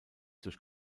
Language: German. durch